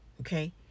Okay